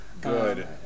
good